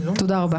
תודה רבה.